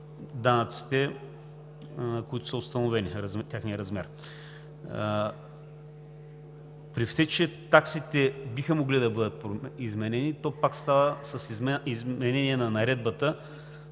които са установени, и техният размер. При всички таксите биха могли да бъдат изменени и то става с изменение на наредбата